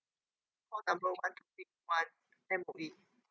call number one topic one M_O_E